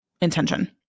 intention